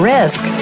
Risk